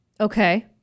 Okay